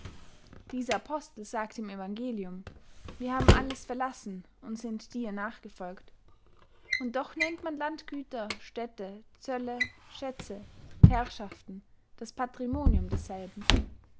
dieser apostel sagt im evangelium wir haben alles verlassen und sind dir nachgefolgt und doch nennt man landgüter städte zölle schätze herrschaften das patrimonium desselben